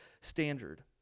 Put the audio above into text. standard